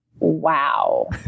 Wow